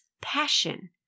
passion